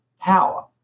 power